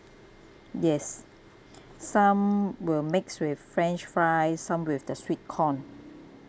yes some will mix with french fries some with the sweet corn